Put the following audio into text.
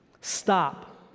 stop